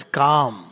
calm।